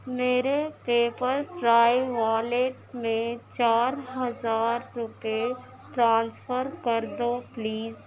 میرے پیپر فرائی والیٹ میں چار ہزار روپئے ٹرانسفر کر دو پلیز